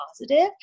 positive